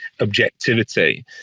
objectivity